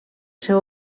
seu